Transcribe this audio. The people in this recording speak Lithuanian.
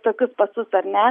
tokius pasus ar ne